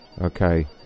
Okay